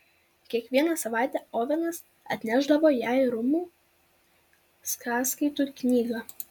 kiekvieną savaitę ovenas atnešdavo jai rūmų sąskaitų knygą